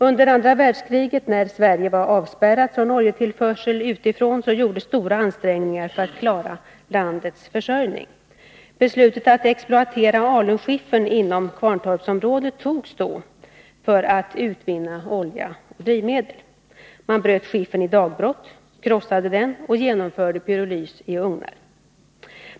Under andra världskriget, när Sverige var avspärrat från oljetillförsel utifrån, gjordes stora ansträngningar för att klara landets försörjning. Beslutet att exploatera alunskiffern inom Kvarntorpsområdet fattades då för att utvinna olja och drivmedel. Man bröt skiffern i dagbrott, krossade den och genomförde pyrolys i ugnar.